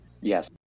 Yes